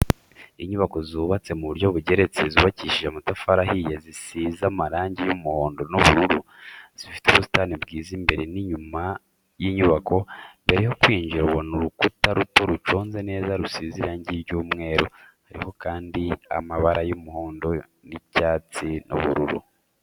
Inyubako zubatse mu buryo bugeretse zubakishije amatafari ahiye zisize amarangi y'umuhondo n'ubururu, zifite ubusitani bwiza imbere n'inyuma y'inyubako, mbere yo kwinjira ubona urukuta ruto ruconze neza rusize irangi ry'umweru, hariho kandi amabara y'umuhondo icyatsi n'ubururu.